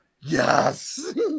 Yes